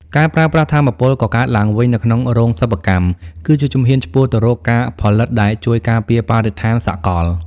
ការប្រើប្រាស់ថាមពលកកើតឡើងវិញនៅក្នុងរោងសិប្បកម្ម គឺជាជំហានឆ្ពោះទៅរកការផលិតដែលជួយការពារបរិស្ថានសកល។